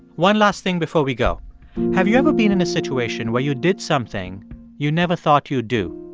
one last thing before we go have you ever been in a situation where you did something you never thought you'd do?